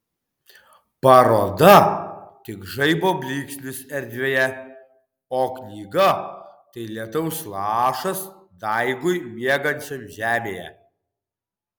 paroda tik žaibo blyksnis erdvėje o knyga tai lietaus lašas daigui miegančiam žemėje